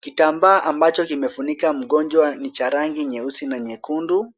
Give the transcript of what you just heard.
Kitambaa ambacho kimefunika mgonjwa ni cha rangi nyeusi na nyekundu.